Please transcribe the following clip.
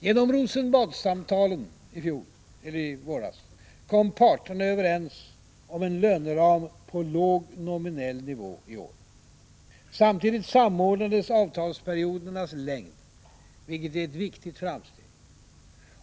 ; Genom Rosenbadssamtalen i våras kom parterna överens om en löneram på låg nominell nivå i år. Samtidigt samordnades avtalsperiodernas längd, vilket är ett viktigt framsteg.